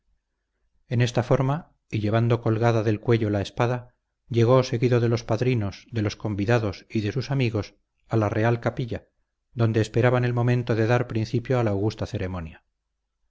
en esta forma y llevando colgada del cuello la espada llegó seguido de los padrinos de los convidados y de sus amigos a la real capilla donde esperaban el momento de dar principio a la augusta ceremonia